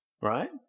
Right